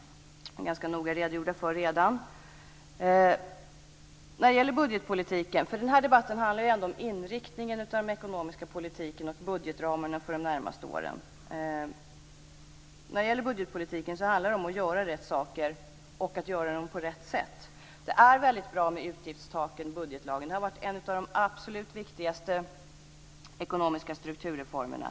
De är ganska noggrant redogjorda för redan. Den här debatten handlar om inriktningen av den ekonomiska politiken och budgetramarna för de närmaste åren. När det gäller budgetpolitiken handlar det om att göra rätt saker, och att göra dem på rätt sätt. Det är väldigt bra med utgiftstaken och budgetlagen. Det har varit en av de absolut viktigaste ekonomiska strukturreformerna.